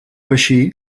així